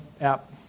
app